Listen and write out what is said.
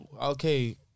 okay